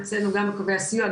אצלנו גם קווי הסיוע,